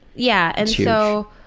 yeah, and so,